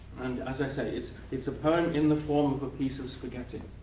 and as i say, it's it's a poem in the form of a piece of spaghetti.